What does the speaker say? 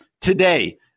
Today